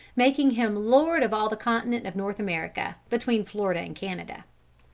making him lord of all the continent of north america, between florida and canada.